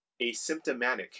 asymptomatic